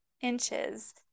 inches